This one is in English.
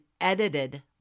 edited